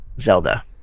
Zelda